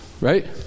Right